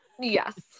yes